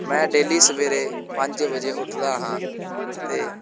ਮੈਂ ਡੇਲੀ ਸਵੇਰੇ ਪੰਜ ਵਜੇ ਉੱਠਦਾ ਹਾਂ ਅਤੇ